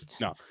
No